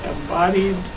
embodied